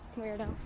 weirdo